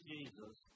Jesus